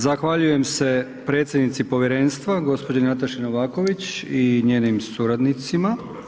Zahvaljujem se predsjednici povjerenstva gospođi Nataši Novaković i njenim suradnicima.